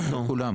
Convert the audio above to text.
זה לא כולם.